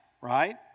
right